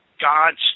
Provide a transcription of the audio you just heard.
God's